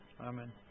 Amen